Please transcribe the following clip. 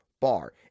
bar